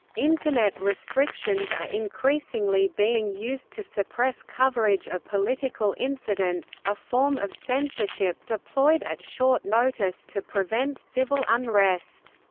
internet restrictions are increasingly being used to suppress coverage of political incidents, a form of censorship deployed at short notice to prevent civil unrest.